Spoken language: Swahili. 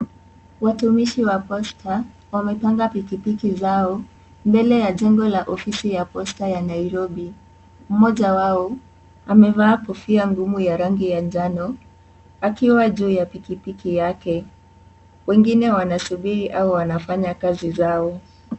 Watumishi wa posta wamepanga pikipiki zao mbele ya jengo ya ofisi ya pasta ya Nairobi , mmoja wao amevaa kofia ngumu ya rangi ya njano akiwa juu ya pikipiki yake wengine wanasubiri au wanafanya kazi zao.